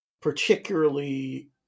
particularly